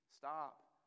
stop